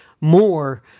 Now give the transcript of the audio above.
more